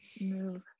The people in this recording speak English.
move